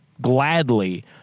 gladly